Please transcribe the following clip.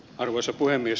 arvoisa puhemies